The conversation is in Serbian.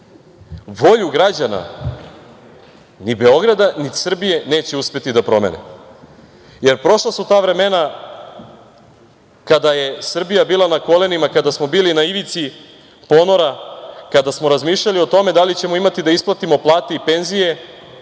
volju građana ni Beograda ni Srbije neće uspeti da promene, jer prošla su ta vremena kada je Srbija bila na kolenima, kada smo bili na ivici ponora, kada smo razmišljali o tome da li ćemo imati da isplatimo plate i penzije